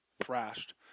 thrashed